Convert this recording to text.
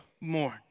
mourn